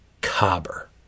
Cobber